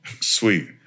Sweet